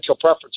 preference